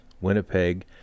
Winnipeg